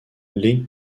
les